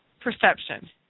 perception